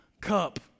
cup